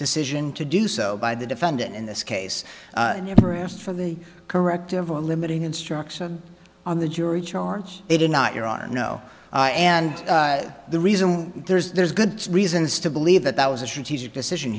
decision to do so by the defendant in this case never asked for the corrective for limiting instruction on the jury charge they did not your honor no and the reason why there's good reasons to believe that that was a strategic decision